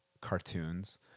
cartoons